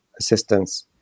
assistance